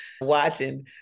watching